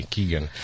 Keegan